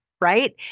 right